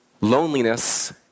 loneliness